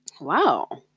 wow